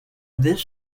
this